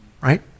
right